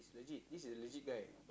legit this is a legit guy